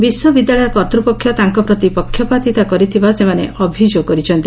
ବିଶ୍ୱବିଦ୍ୟାଳୟ କର୍ତ୍ତୁପକ୍ଷ ତାଙ୍କ ପ୍ରତି ପକ୍ଷପାତିତା କରିଥିବା ସେମାନେ ଅଭିଯୋଗ କରିଛନ୍ତି